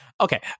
Okay